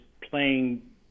playing